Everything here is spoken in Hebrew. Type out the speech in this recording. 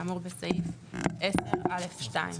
כאמור בסעיף (10) (א) (2).